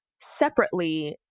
Separately